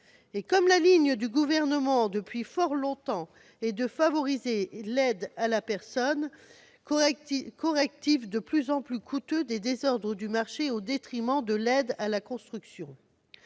Or la ligne du Gouvernement consiste depuis fort longtemps à favoriser l'aide à la personne, correctif de plus en plus coûteux des désordres du marché, au détriment de l'aide à la construction.